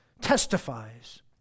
testifies